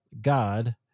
God